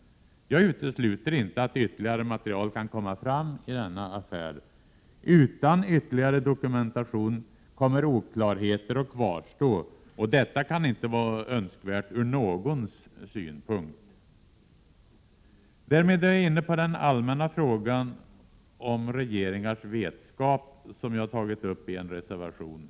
Jag utesluter inte att ytterligare material kan komma fram i denna affär. Utan ytterligare dokumentation kommer oklarheter att kvarstå. Detta kan inte vara önskvärt ur någons synpunkt. Därmed är jag inne på den allmänna frågan om regeringars vetskap, som jag tagit upp i en reservation.